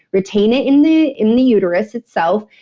retain it in the in the uterus itself.